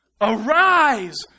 Arise